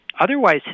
Otherwise